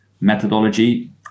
methodology